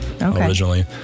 originally